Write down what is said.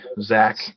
Zach